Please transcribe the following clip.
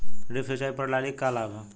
Drip सिंचाई प्रणाली के का लाभ ह?